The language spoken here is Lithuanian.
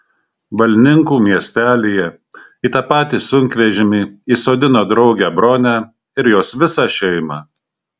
balninkų miestelyje į tą patį sunkvežimį įsodino draugę bronę ir jos visą šeimą